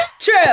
true